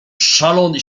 szalony